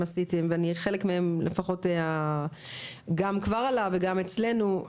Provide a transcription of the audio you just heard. עשיתם ואני חלק מהם לפחות כבר עלה וגם אצלינו,